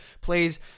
Please